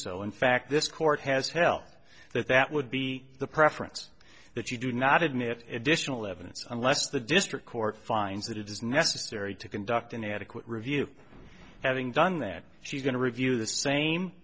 so in fact this court has health that that would be the preference that you do not admit it dition eleven's unless the district court finds that it is necessary to conduct an adequate review having done that she's going to review the same